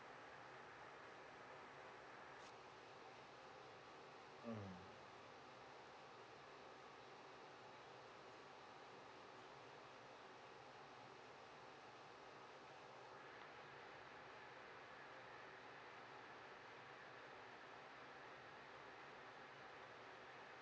mm